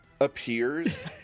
Appears